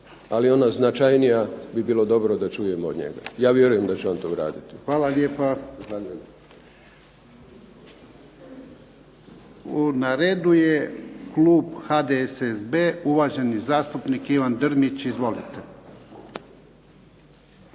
ali ona značajnija bi bilo dobro da čujemo od njega. Ja vjerujem da će on to uraditi. **Jarnjak, Ivan (HDZ)** Hvala lijepa. Na redu je klub HDSSB-a, uvaženi zastupnik Ivan Drmić. Izvolite.